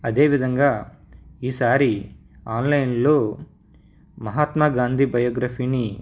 అదే విధంగా ఈ సారి ఆన్లైన్లో మహాత్మ గాంధీ బయోగ్రఫీని